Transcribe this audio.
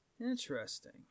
Interesting